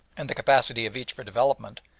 and the capacity of each for development,